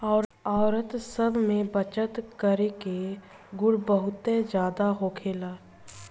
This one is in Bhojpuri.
औरत सब में बचत करे के गुण बहुते ज्यादा होखेला